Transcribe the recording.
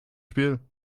spiel